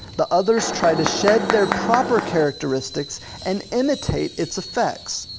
the others try to shed their proper characteristics and imitate its effects.